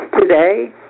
today